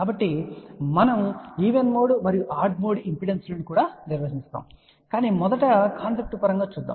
కాబట్టి ఇప్పుడు మనం ఈవెన్ మోడ్ మరియు ఆడ్ మోడ్ ఇంపెడెన్స్లను కూడా నిర్వచిస్తాము కాని మొదట కాన్సెప్ట్ పరంగా చూద్దాం